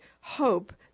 hope